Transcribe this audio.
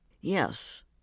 Yes